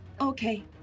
okay